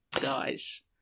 guys